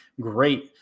Great